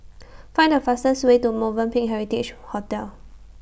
Find The fastest Way to Movenpick Heritage Hotel